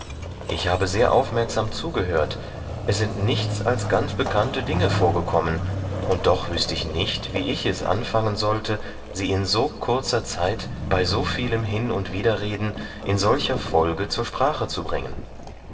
ich habe sehr aufmerksam zugehört es sind nichts als ganz bekannte dinge vorgekommen und doch wüßte ich nicht wie ich es anfangen sollte sie in so kurzer zeit bei so vielem hin und widerreden in solcher folge zur sprache zu bringen